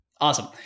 Awesome